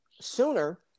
sooner